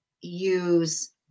use